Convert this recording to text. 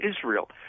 Israel